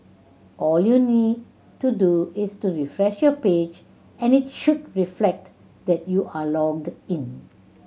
all you need to do is to refresh your page and it should reflect that you are logged in